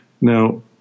Now